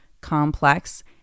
complex